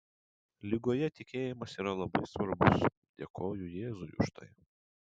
ligoje tikėjimas yra labai svarbus dėkoju jėzui už tai